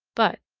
but,